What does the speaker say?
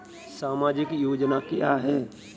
सामाजिक योजना क्या है?